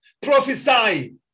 prophesy